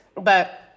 but-